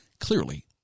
clearly